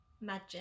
Magic